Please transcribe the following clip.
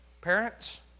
Parents